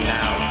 now